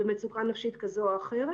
במצוקה נפשית כזאת או אחרת,